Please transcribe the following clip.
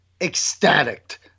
ecstatic